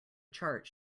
chart